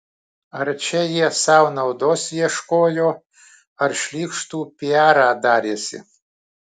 ar čia jie sau naudos ieškojo ar šlykštų piarą darėsi